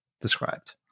described